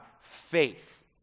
faith